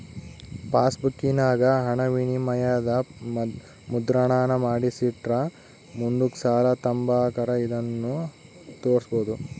ಪಾಸ್ಬುಕ್ಕಿನಾಗ ಹಣವಿನಿಮಯದ ಮುದ್ರಣಾನ ಮಾಡಿಸಿಟ್ರ ಮುಂದುಕ್ ಸಾಲ ತಾಂಬಕಾರ ಇದನ್ನು ತೋರ್ಸ್ಬೋದು